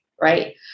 right